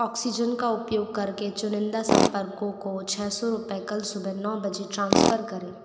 oxygen का उपयोग करके चुनिंदा संपर्कों को छः सौ रुपये कल सुबह नौ बजे ट्रांसफ़र करें